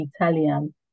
Italian